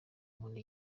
nkunda